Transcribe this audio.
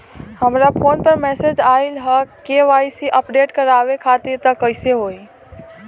हमरा फोन पर मैसेज आइलह के.वाइ.सी अपडेट करवावे खातिर त कइसे होई?